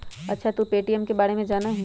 अच्छा तू पे.टी.एम के बारे में जाना हीं?